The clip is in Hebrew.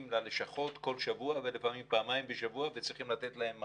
כל שבוע ללשכות ולפעמים פעמיים בשבוע וצריך לתת להם מענה.